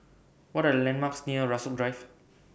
What Are The landmarks near Rasok Drive